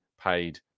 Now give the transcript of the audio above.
paid